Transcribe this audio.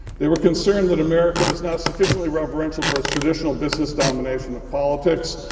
they were concerned that america was not sufficiently reverential towards traditional business domination of politics.